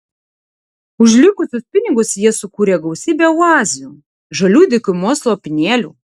už likusius pinigus jie sukūrė gausybę oazių žalių dykumos lopinėlių